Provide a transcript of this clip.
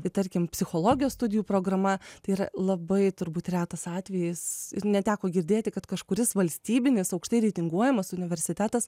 tai tarkim psichologijos studijų programa tai yra labai turbūt retas atvejis neteko girdėti kad kažkuris valstybinės aukštai reitinguojamas universitetas